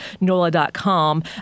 NOLA.com